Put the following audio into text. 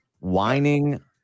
whining